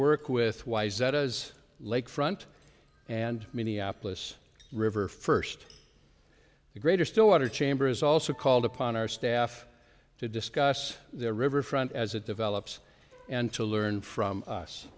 work with wise that does lake front and minneapolis river first grader stillwater chamber is also called upon our staff to discuss their riverfront as it develops and to learn from us